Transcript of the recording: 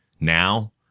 now